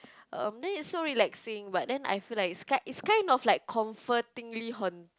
um then is so relaxing but then I feel that it's like it's kind of comfortingly haun~